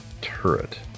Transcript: turret